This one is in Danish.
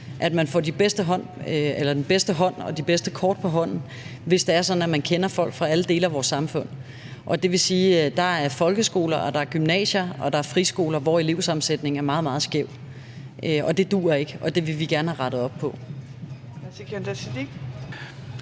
Man får de bedste kort på hånden, hvis det er sådan, at man kender folk fra alle dele af vores samfund. Det vil sige, at der er folkeskoler, gymnasier og friskoler, hvor elevsammensætningen er meget, meget skæv. Det duer ikke, og det vil vi gerne have rettet op på.